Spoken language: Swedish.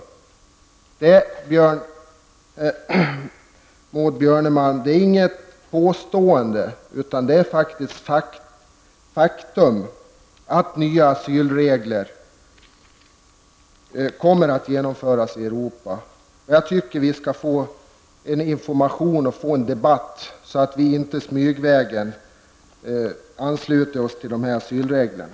Det är inget påstående, Maud Björnemalm, utan det är faktiskt ett faktum att nya asylregler kommer att genomföras i Europa. Jag tycker att vi skall få information och få i gång en debatt, så att vi inte smygvägen ansluter oss till de här asylreglerna.